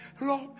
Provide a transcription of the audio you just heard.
Lord